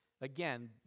again